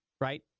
right